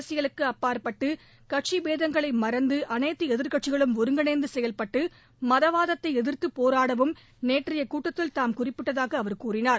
அரசியலுக்கு அப்பாற்பட்டு கட்சி அனைத்து எதிர்க்கட்சிகுளும் ஒருங்கிணைந்து செயல்பட்டு மதவாதத்தை எதிர்த்து போராடவும் நேற்றைய கூட்டத்தில் தாம் குறிப்பிட்டதாக அவர் கூறினார்